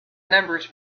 numbers